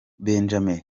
benjamin